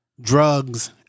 drugs